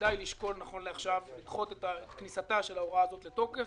שכדאי לשקול לדחות את כניסתה של ההוראה הזאת לתוקף